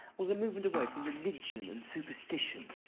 was a movement away from religion and superstition,